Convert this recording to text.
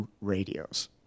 radios